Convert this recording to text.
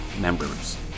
members